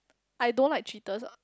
I don't like cheaters lah